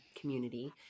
community